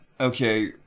Okay